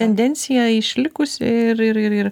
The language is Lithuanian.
tendencija išlikusi ir ir ir ir